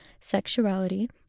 sexuality